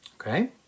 Okay